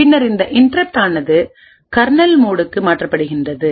பின்னர் இந்த இன்டரப் ஆனது கர்னல்மோடுக்கு மாற்றப்படுகிறது